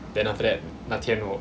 then after that 那天我